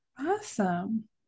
Awesome